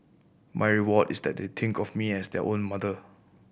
my reward is that they think of me as their own mother